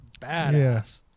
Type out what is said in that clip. badass